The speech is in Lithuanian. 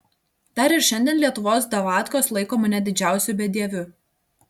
dar ir šiandien lietuvos davatkos laiko mane didžiausiu bedieviu